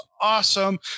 awesome